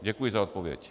Děkuji za odpověď.